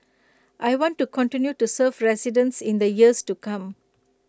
I want to continue to serve residents in the years to come